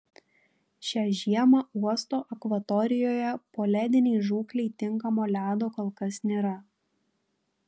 šią žiemą uosto akvatorijoje poledinei žūklei tinkamo ledo kol kas nėra